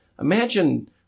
Imagine